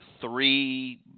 three